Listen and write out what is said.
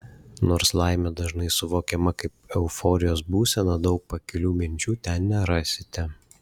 nors laimė dažnai suvokiama kaip euforijos būsena daug pakilių minčių ten nerasite